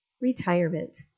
Retirement